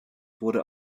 wurde